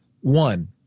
One